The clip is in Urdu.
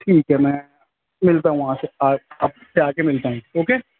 ٹھیک ہے میں ملتا ہوں وہاں سے آ آپ سے آ کے ملتا ہوں اوکے